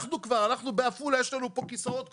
לנו בעפולה יש פה כבר כיסאות קבועים,